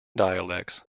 dialects